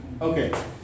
Okay